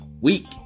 week